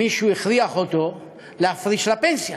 מישהו הכריח אותו להפריש לפנסיה.